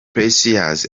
precious